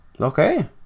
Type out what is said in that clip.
Okay